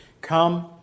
come